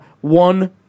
one